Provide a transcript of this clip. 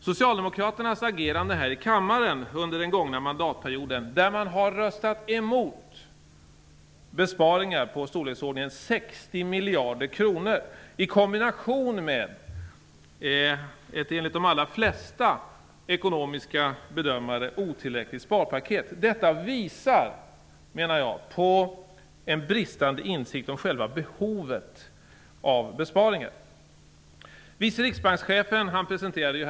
Socialdemokraternas ageranden här i kammaren under den gångna mandatperioden har inneburit att man har röstat emot besparingar på i storleksordningen 60 miljarder kronor. Detta i kombination med ett, enligt de allra flesta ekonomiska bedömare, otillräckligt sparpaket visar på en bristande insikt om själva behovet av besparingar.